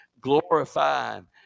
glorifying